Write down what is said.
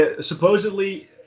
Supposedly